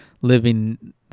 living